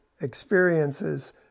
experiences